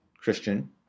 Christian